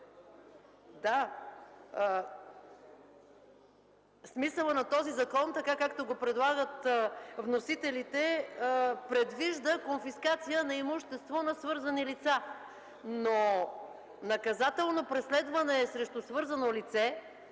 Да, смисълът на този закон, както го предлагат вносителите, предвижда конфискация на имущество на свързани лица, но наказателно преследване срещу свързано лице,